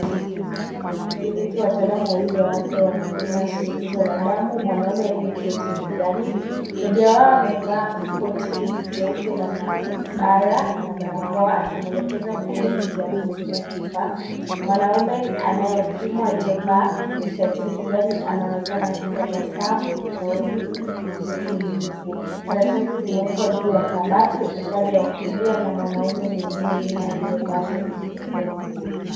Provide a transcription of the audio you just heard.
Katika chumba cha kliniki watalaamu wawili wa afya wanampima shinikizo la damu mwanamume aliyeketi mezani. Mmoja wao amevaa koti jeupe la maabara na barakoa akimuelekeza mwingine jinsi ya kutumia kifaa. Mwanamume anayepimwa aliyevaa shati ya kijani anaonekana akitabasamu kushauri utulivu. Karatasi zimeekwa juu ya kabati upande wa kulia na mwanamume mwingine nyuma aliyevaa shati nyekundu.